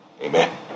Amen